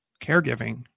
caregiving